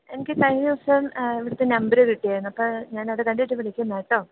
എനിക്ക് കഴിഞ്ഞ ദിവസം ഇവിടുത്തെ നമ്പർ കിട്ടിയായിരുന്നു അപ്പം ഞാനത് കണ്ടിട്ട് വിളിക്കുന്നതാണ് കേട്ടോ